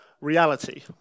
reality